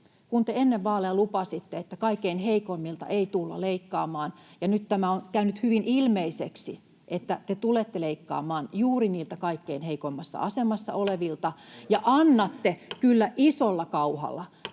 kun te ennen vaaleja lupasitte, että kaikkein heikoimmilta ei tulla leikkaamaan mutta nyt on käynyt hyvin ilmeiseksi, että te tulette leikkaamaan juuri niiltä kaikkein heikoimmassa asemassa olevilta ja annatte kyllä isolla kauhalla